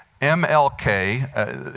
M-L-K